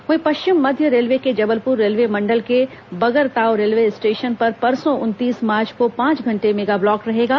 वहीं पश्चिम मध्य रेलवे के जबलपुर रेलवे मंडल के बगरताव रेलवे स्टेशेन में परसों उनतीस मार्च को पांच घंटे मेगाब्लॉक रहेगा